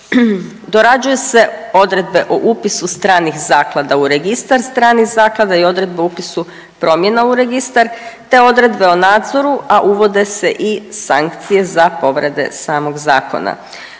Dorađuju se odredbe o upisu stranih zaklada u Registar stranih zaklada i odredbe o upisu promjena u registar te odredbe o nadzoru, a uvode se i sankcije za povrede samog zakona.